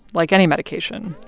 like any medication,